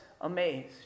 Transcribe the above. amazed